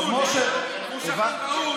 היועץ המשפטי לממשלה נבחר על ידי הממשלה שאתה חבר בה.